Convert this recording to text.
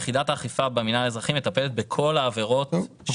יחידת האכיפה במינהל האזרחי מטפלת בכל העבירות שקורות --- טוב,